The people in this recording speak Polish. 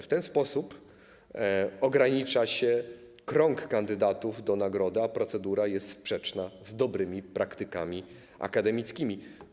W ten sposób ogranicza się krąg kandydatów do nagrody, a procedura jest sprzeczna z dobrymi praktykami akademickimi.